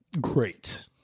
great